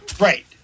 Right